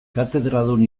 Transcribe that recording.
katedradun